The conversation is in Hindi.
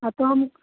हाँ तो हम